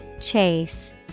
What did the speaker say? Chase